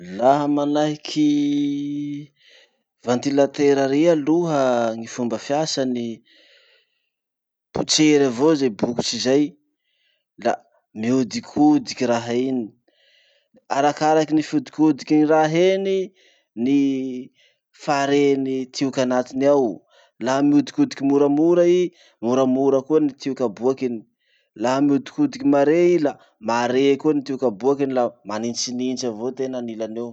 Laha manahaky ventilateur ry aloha ny fomba fiasany. Potsery avao ze bokitry zay, la miodikodiky raha iny. Arakaraky ny fihodikodiky raha iny ny faren'ny tioky anatiny ao. Laha mihodikodiky moramora i, moramora koa ny tioky aboakiny, laha mihodikodiky mare i, la mare koa ny tioky aboakiny la manitsinitsy avao tena anilany eo.